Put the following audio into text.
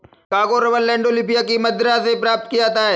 Congo rubber Landolphia की मदिरा से प्राप्त किया जाता है